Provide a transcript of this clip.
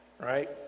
right